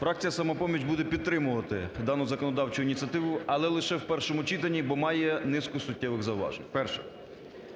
фракція "Самопоміч" буде підтримувати дану законодавчу ініціативу, але лише в першому читанні, бо має низку суттєвих зауважень. Перше.